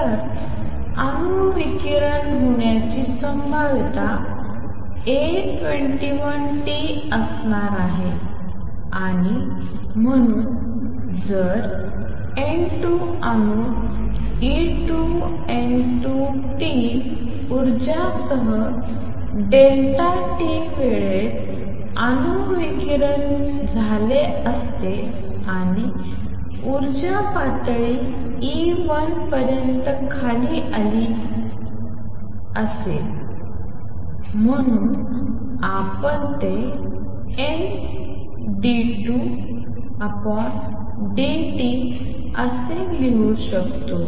तर अणू विकिरण होण्याची संभाव्यता A21 t असणार आहे आणि म्हणून जर N 2 अणू E2 N2 N2A21t उर्जासह Δt वेळेत अणू विकिरण झाले असते आणि ऊर्जा पातळी E1 पर्यंत खाली आली येईल आणि म्हणून आपण ते dN2dt A21N2लिहू शकतो